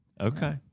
okay